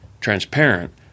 transparent